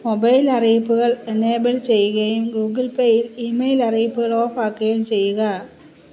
mobile അറിയിപ്പുകൾ enable ചെയ്യുകയും Google പേയിൽ ഈമെയിൽ അറിയിപ്പുകൾ ഓഫാക്കുകയും ചെയ്യുക